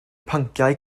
pynciau